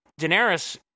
Daenerys